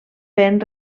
ben